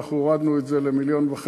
אנחנו הורדנו את זה ל-1.5 מיליון,